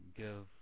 give